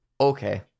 Okay